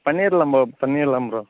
பண்ணிடலாம் ப்ரோ பண்ணிடலாம் ப்ரோ